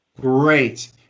Great